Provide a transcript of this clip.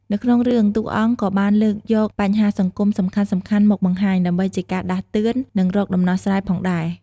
នៅក្នុងរឿងតួរអង្គក៏បានលើកយកបញ្ហាសង្គមសំខាន់ៗមកបង្ហាញ ដើម្បីជាការដាស់តឿន នឹងរកដំណោះស្រាយផងដែរ ។